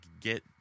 get